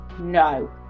no